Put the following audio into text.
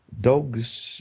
Dogs